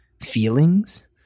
feelings